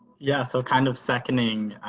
yeah, so kind of second thing,